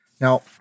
Now